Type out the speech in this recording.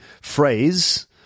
phrase